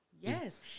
Yes